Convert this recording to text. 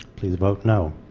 please vote no.